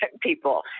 people